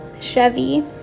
Chevy